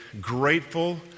grateful